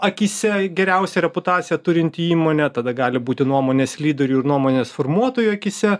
akyse geriausią reputaciją turinti įmonė tada gali būti nuomonės lyderių ir nuomonės formuotojų akyse